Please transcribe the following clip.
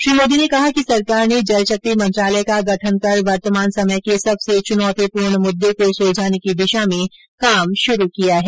श्री मोदी ने कहा कि सरकार ने जलशक्ति मंत्रालय का गठन कर वर्तमान समय के सबसे चुनौतीपूर्ण मुद्दे को सुलझाने की दिशा में काम शुरू किया है